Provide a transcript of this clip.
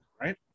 right